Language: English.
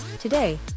Today